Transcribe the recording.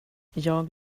jag